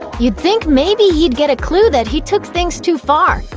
you'd think maybe he'd get a clue that he took things too far,